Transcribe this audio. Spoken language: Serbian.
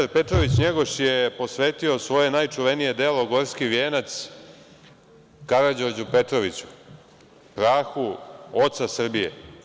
Petar Petrović NJegoš je posvetio svoje najčuvenije delo „Gorski vijenac“ Karađorđu Petroviću, prahu oca Srbije.